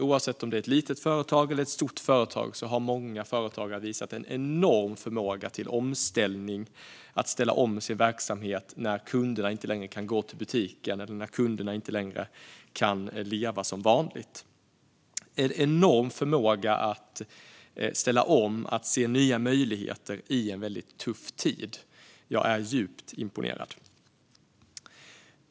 Oavsett om det är små eller stora företag har många företagare visat en enorm förmåga att ställa om sin verksamhet när kunderna inte längre kan gå till butiken eller när kunderna inte längre kan leva som vanligt. Det finns en enorm förmåga att ställa om och se nya möjligheter i en väldigt tuff tid. Jag är djupt imponerad.